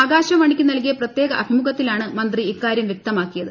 ആകാശവാണിക്ക് നൽകിയ പ്രത്യേക അഭിമുഖത്തിലാണ് മന്ത്രി ഇക്കാരൃം വൃക്തമാക്കിയത്